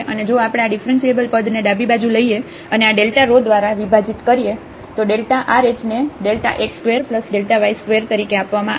અને જો આપણે આ ડીફરન્શીએબલ પદને ડાબી બાજુએ લઈએ અને આ ડેલ્ટા રો દ્વારા વિભાજીત કરીએ તો ડેલ્ટા Rh ને x2y2 તરીકે આપવામાં આવે છે